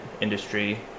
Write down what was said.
industry